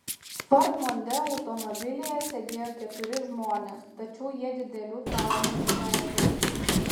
ford mondeo automobilyje sėdėjo keturi žmonės tačiau jie didelių traumų išvengė